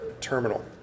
terminal